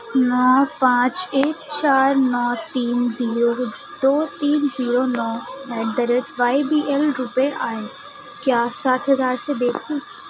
نو پانچ ایک چار نو تین زیرو دو تین زیرو نو at the rate Y B L روپے آئے کیا سات ہزار سے دیکھوں